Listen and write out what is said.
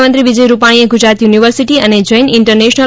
મુખ્યમંત્રી વિજય રૂપાણીએ ગુજરાત યુનિવર્સિટી અને જૈન ઇન્ટરનેશલ